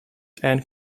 and